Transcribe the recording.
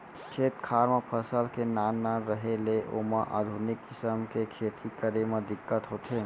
खेत खार म फसल के नान नान रहें ले ओमा आधुनिक किसम के खेती करे म दिक्कत होथे